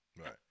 Right